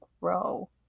grow